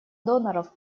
доноров